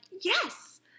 yes